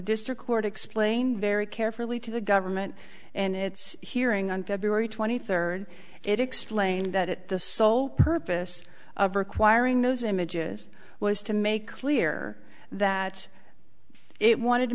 district court explained very carefully to the government and its hearing on february twenty third it explained that the sole purpose of requiring those images was to make clear that it wanted to